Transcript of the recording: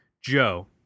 joe